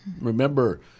Remember